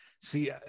See